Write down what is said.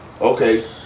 Okay